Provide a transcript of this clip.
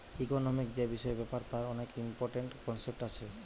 economic যে বিষয় ব্যাপার তার অনেক ইম্পরট্যান্ট কনসেপ্ট আছে